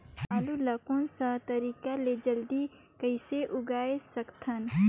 आलू ला कोन सा तरीका ले जल्दी कइसे उगाय सकथन?